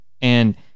and-